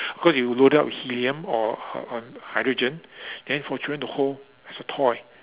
cause you load it up with helium or uh uh hydrogen then for children to hold as a toy